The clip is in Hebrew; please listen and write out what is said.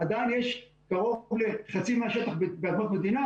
עדיין יש קרוב לחצי מהשטח באדמות מדינה